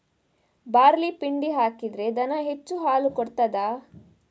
Barley ಪಿಂಡಿ ಹಾಕಿದ್ರೆ ದನ ಹೆಚ್ಚು ಹಾಲು ಕೊಡ್ತಾದ?